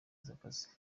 akazi